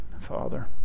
Father